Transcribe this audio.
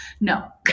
No